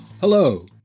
Hello